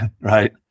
Right